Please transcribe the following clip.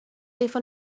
even